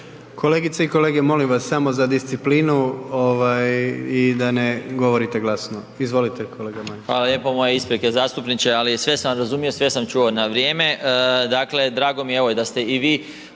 Kolegice i kolege molim vas samo za disciplinu i da ne govorite glasno. Izvolite kolega Marić.